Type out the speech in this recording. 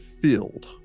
filled